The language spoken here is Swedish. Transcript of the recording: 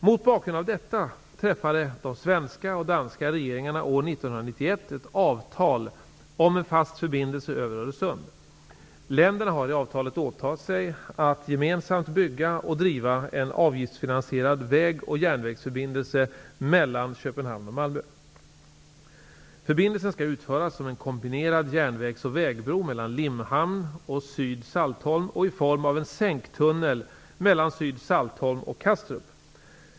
Mot bakgrund av detta träffade de svenska och danska regeringarna år 1991 ett avtal om en fast förbindelse över Öresund. Länderna har i avtalet åtagit sig att gemensamt bygga och driva en avgiftsfinansierad väg och järnvägsförbindelse mellan Köpenhamn och Malmö. Förbindelsen skall utföras som en kombinerad järnvägs och vägbro mellan Limhamn och syd Saltholm och i form av en sänktunnel mellan syd Saltholm och Kastrup.